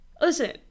listen